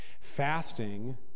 Fasting